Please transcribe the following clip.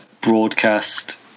broadcast